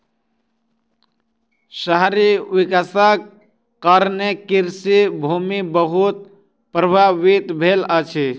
शहरी विकासक कारणें कृषि भूमि बहुत प्रभावित भेल अछि